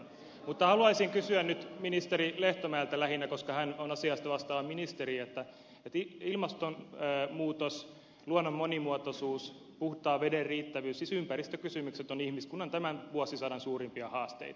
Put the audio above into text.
mutta haluaisin kysyä nyt ministeri lehtomäeltä lähinnä koska hän on asiasta vastaava ministeri ja ilmastonmuutos luonnon monimuotoisuus puhtaan veden riittävyys siis ympäristökysymykset ovat ihmiskunnan tämän vuosisadan suurimpia haasteita